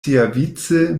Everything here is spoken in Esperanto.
siavice